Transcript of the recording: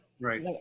Right